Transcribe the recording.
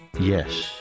Yes